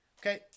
Okay